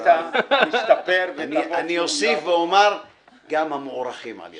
אני אוסיף ואומר, גם המוערכים על ידי.